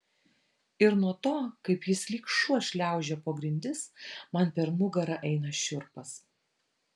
ir nuo to kaip jis lyg šuo šliaužioja po grindis man per nugarą eina šiurpas